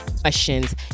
questions